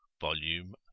Volume